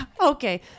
okay